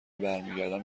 برگردم